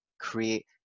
create